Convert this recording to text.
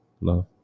Love